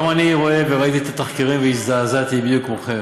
גם אני רואה וראיתי את התחקירים והזדעזעתי בדיוק כמוכם.